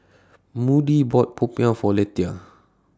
Moody bought Popiah For Lethia